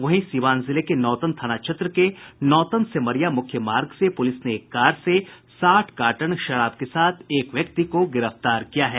वहीं सीवान जिले के नौतन थाना क्षेत्र के नौतन सेमरिया मुख्य मार्ग से पुलिस ने एक कार से साठ कार्टन विदेशी शराब के साथ एक व्यक्ति को गिरफ्तार किया है